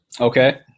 Okay